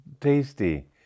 tasty